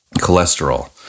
Cholesterol